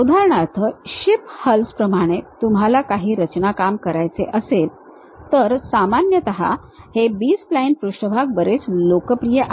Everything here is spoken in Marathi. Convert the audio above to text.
उदाहरणार्थ शिप हल्स प्रमाणे तुम्हाला काही रचनाकाम करायचे असेल तर सामान्यतः हे बी स्प्लाइन पृष्ठभाग बरेच लोकप्रिय आहेत